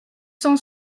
cent